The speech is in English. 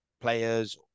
players